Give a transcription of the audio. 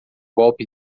golpe